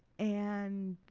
and